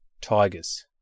Tigers